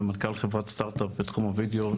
ומנכ"ל חברת סטארט-אפ בתחום הוידאו.